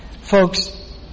folks